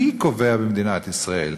מי קובע במדינת ישראל?